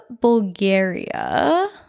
Bulgaria